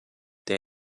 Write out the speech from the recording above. der